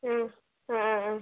ആഹ് ആഹ് ആഹ് ആഹ്